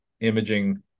imaging